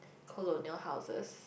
colonial houses